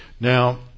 Now